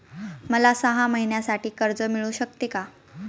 मला सहा महिन्यांसाठी कर्ज मिळू शकते का?